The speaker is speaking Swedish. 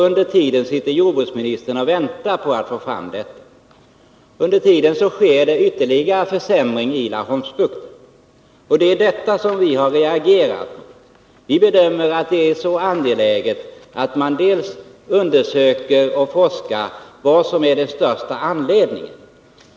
Under tiden sitter jordbruksministern och väntar på att förslag skall komma fram — samtidigt som det sker ytterligare försämringar i Laholmsbukten. Det är detta vi har reagerat emot. Vi bedömer det som mycket angeläget att undersöka och forska kring vad som är den största anledningen till försämringarna.